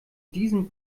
diesen